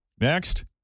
Next